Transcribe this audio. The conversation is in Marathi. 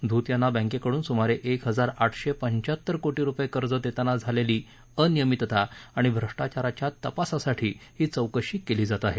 धूत यांना बँकेकडून सुमारे एक हजार आठशे पंच्याहत्तर कोटी रुपये कर्ज देताना झालेली अनियमितता आणि भ्रष्टाचाराच्या तपासासाठी ही चौकशी केली जात आहे